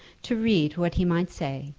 to read what he might say,